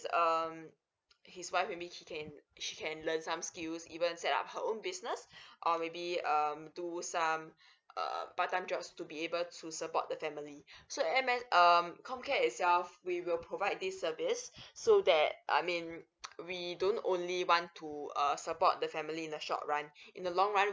um his wife maybe she can she can learn some skills even set up her own business or maybe um do some uh part time jobs to be able to support the family so M_S um comcare itself we will provide this service so that I mean we don't only want to uh support the family in the short run in the long run